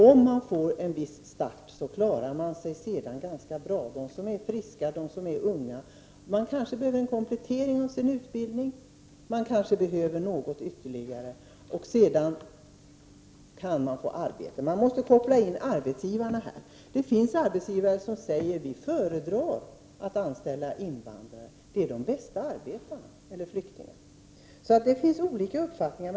De som får en viss start klarar sig sedan ganska bra — de som är friska och unga. Några kanske behöver en komplettering av sin utbildning, kanske något ytterligare, och sedan kan de få arbete. Här måste arbetsgivarna kopplas in. Det finns arbetsgivare som säger att de föredrar att anställa invandrare eller flyktingar, därför att de är de bästa arbetarna.